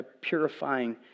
purifying